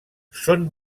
són